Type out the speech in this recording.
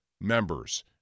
members